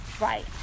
right